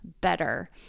Better